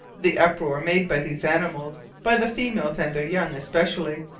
the uproar made by these animals, by the females and their young especially,